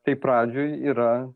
tai pradžioj yra